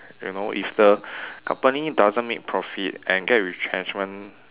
you know if the company doesn't make profit and get retrenchment